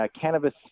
cannabis